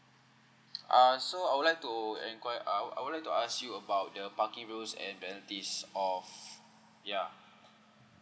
uh so I would like to enquire I I would like to ask you about the parking rules and penalties of ya